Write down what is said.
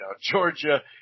Georgia